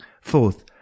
Fourth